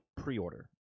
pre-order